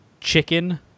Chicken